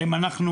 האם אנחנו